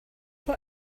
what